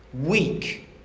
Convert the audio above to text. weak